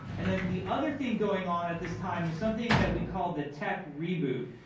and and the other thing going on at this time was something that we called the tech reboot.